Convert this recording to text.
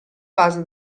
base